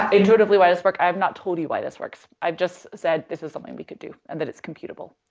intuitively, why does this work? i've not told you why this works, i've just said this is something we could do and that it's computable.